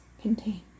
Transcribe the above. contain